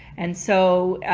and so, ah,